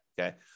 Okay